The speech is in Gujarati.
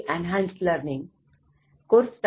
આઇ